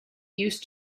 used